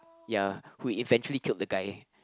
ya who eventually killed the guy